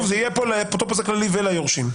כאן נגיד "לאפוטרופוס הכללי וליורשים".